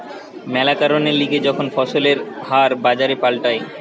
ম্যালা কারণের লিগে যখন ফসলের হার বাজারে পাল্টায়